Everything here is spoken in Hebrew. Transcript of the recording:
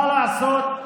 מה לעשות,